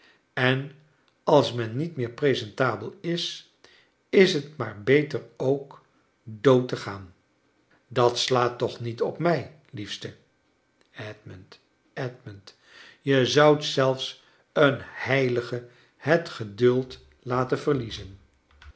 en als men niet meer presentabel is is t maar beter ook dood te gaan dat slaat toch niet op mij liefste edmund edmund je zoudt zelfs een heilige het geduld laton verliezen